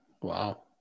Wow